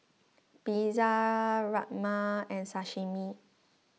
Pizza Rajma and Sashimi